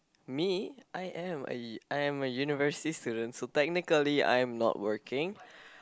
me I am a I am a university student so technically I am not working